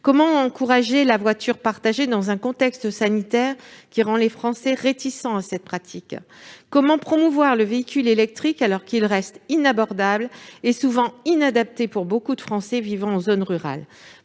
Comment encourager la voiture partagée dans un contexte sanitaire qui rend les Français réticents à cette pratique ? Comment promouvoir le véhicule électrique alors qu'il reste inabordable et souvent inadapté pour beaucoup de Français vivant en zone rurale ?